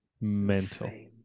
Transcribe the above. mental